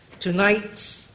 Tonight